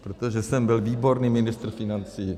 Protože jsem byl výborný ministr financí.